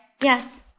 Yes